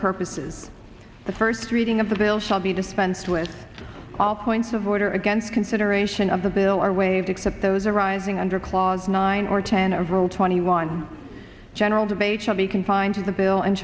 purposes the first reading of the bill shall be dispensed with all points of order against consideration of the bill are waived except those arising under clause nine or ten a rule twenty one general debate shall be confined to the bill and